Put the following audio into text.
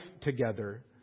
together